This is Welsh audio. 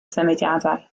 symudiadau